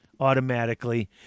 Automatically